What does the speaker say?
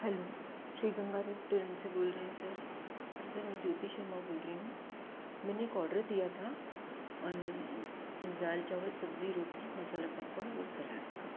hello Shri Ganga restaurant से बोल रहे हैं सर अरे सर मैं ज्योति शर्मा बोल रही हूँ मैंने एक ऑर्डर दिया था दाल चावल सब्ज़ी रोटी मसाला पापड़ और सलाद का